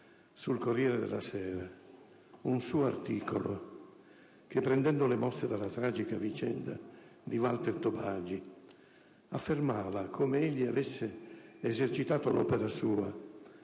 sul «Corriere della Sera» un suo articolo che, prendendo le mosse dalla tragica vicenda di Walter Tobagi, affermava come egli avesse esercitato l'opera sua